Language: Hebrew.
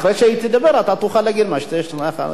אחרי שהיא תדבר אתה תוכל להגיד מה שיש לך להגיד.